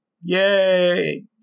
Yay